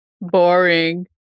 Boring